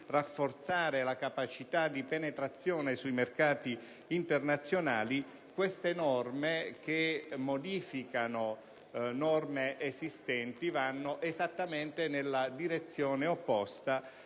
rafforzare la capacità di penetrazione sui mercati internazionali. Queste norme, che ne modificano altre esistenti, vanno esattamente nella direzione opposta,